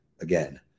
again